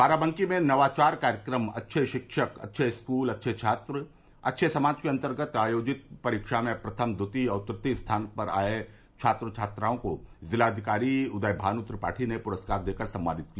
बाराबंकी में नवाचार कार्यक्रम अच्छे शिक्षक अच्छे स्कूल अच्छे छात्र अच्छे समाज के अन्तर्गत आयोजित परीक्षा में प्रथम हितीय और तृतीय स्थान पर आये छात्र छात्राओं को जिलाधिकारी उदयमान् त्रिपाठी ने प्रस्कार देकर सम्मानित किया